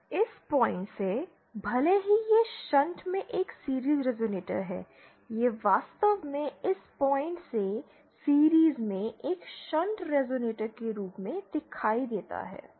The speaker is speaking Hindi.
इस पॉइंट से भले ही यह शंट में एक सीरिज़ रेज़ोनेटर है यह वास्तव में इस पॉइंट से सीरिज़ में एक शंट रेज़ोनेटर के रूप में दिखाई देता है